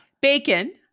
Bacon